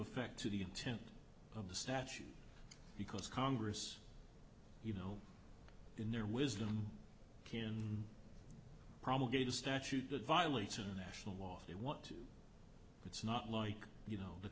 effect to the intent of the statute because congress you know in their wisdom in promulgated a statute that violates international law they want to it's not like you know the